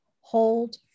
Hold